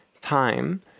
time